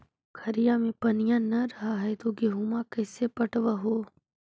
पोखरिया मे पनिया न रह है तो गेहुमा कैसे पटअब हो?